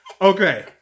okay